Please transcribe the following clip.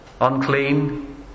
Unclean